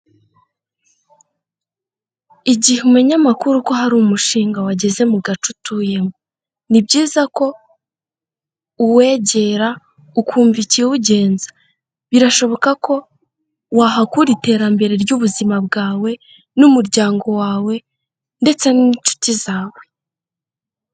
Igihe umenya amakuru ko hari umushinga wageze mu gace utuyemo, ni byiza ko uwegera ukumva ikiwugenza, birashoboka ko wahakura iterambere ry'ubuzima bwawe n'umuryango wawe ndetse n'inshuti zawe.